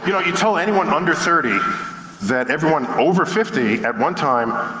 you know you told anyone under thirty that everyone over fifty, at one time,